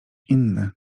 inny